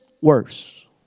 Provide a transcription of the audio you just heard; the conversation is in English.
worse